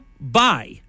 bye